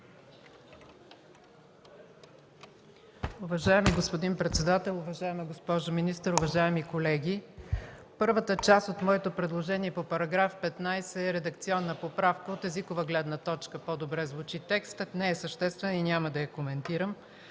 Уважаеми господин председател, уважаема госпожо министър, уважаеми колеги! Първата част от предложението ми по § 15 е редакционна поправка – от езикова гледна точка по-добре звучи текстът, не е съществена и няма да я коментирам.